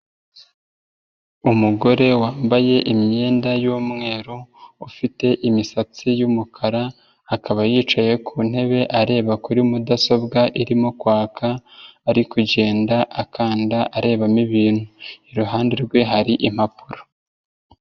Umugore wambaye imyenda y'umweru ufite imisatsi y'umukara akaba yicaye ku ntebe areba kuri mudasobwa irimo kwaka ari kugenda akanda arebamo ibintu, iruhande rwe hari impapuro.